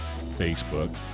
Facebook